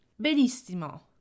Benissimo